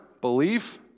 belief